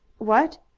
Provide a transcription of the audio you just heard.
what,